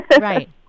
Right